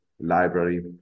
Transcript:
library